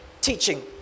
teaching